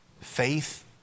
Faith